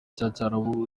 rw’icyarabu